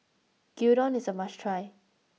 Gyudon is a must try